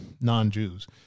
non-Jews